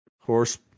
horse